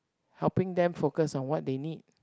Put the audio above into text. helping them focus on what they need